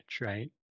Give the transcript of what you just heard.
right